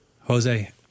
Jose